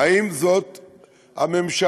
האם זאת הממשלה,